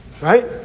right